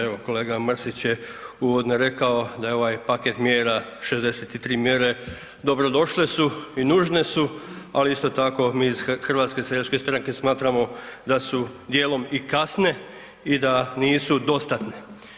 Evo, kolega Mrsić je uvodno rekao da je ovaj paket mjera, 63 mjere dobro došle su i nužne su, ali isto tako mi iz HSS-a smatramo da su dijelom i kasne i da nisu dostatne.